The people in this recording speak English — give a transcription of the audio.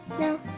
No